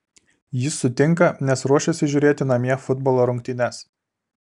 jis sutinka nes ruošiasi žiūrėti namie futbolo rungtynes